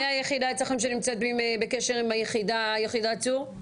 מי היחידה אצלכם שנמצאת בקשר עם יחידת צור?